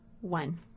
one